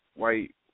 white